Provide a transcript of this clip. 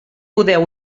podeu